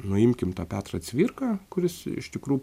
nuimkim tą petrą cvirką kuris iš tikrų